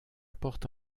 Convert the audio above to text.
porte